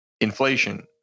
inflation